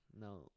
No